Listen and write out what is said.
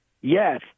Yes